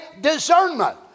discernment